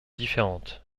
différentes